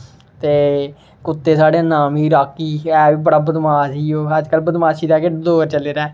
ते कुतै साढ़े दा नाम ही राॅकी ऐ बी बड़ा बदमाश ही ओह् अज्जकल बदमाशी दा गै दौर चले दा